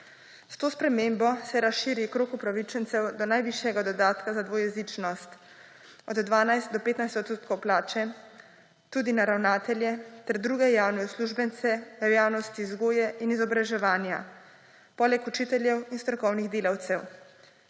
S to spremembo se razširi krog upravičencev do najvišjega dodatka za dvojezičnost od 12 do 15 odstotkov plače tudi na ravnatelje ter druge javne uslužbence v dejavnosti vzgoje in izobraževanja, poleg učiteljev in strokovnih delavcev,